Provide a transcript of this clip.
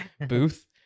booth